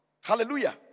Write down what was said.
Hallelujah